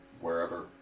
wherever